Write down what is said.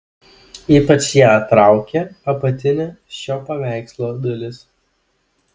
ypač ją traukė apatinė šio paveikslo dalis